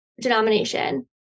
denomination